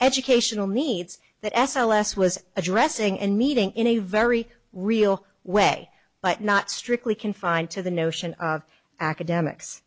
educational needs that s l s was addressing and meeting in a very real way but not strictly confined to the notion of academics